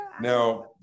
Now